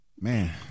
Man